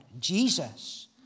Jesus